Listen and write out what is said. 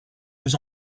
deux